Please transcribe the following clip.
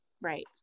Right